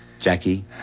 Jackie